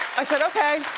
i said, okay.